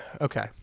okay